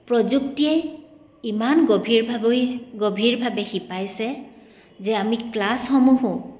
প্ৰযুক্তিয়ে ইমান গভীৰভাৱে গভীৰভাৱে শিপাইছে যে আমি ক্লাছসমূহো